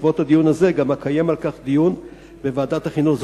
בעקבות הדיון הזה אקיים על כך דיון גם בוועדת החינוך.